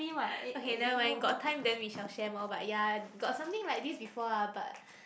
okay never mind got time then we shall share more but ya got something like this before ah but